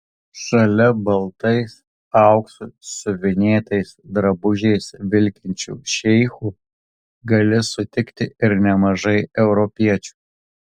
šalia baltais auksu siuvinėtais drabužiais vilkinčių šeichų gali sutikti ir nemažai europiečių